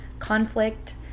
Conflict